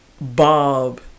Bob